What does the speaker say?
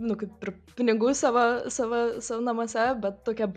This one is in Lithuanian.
nu kaip ir pinigų savo savo savo namuose bet tokia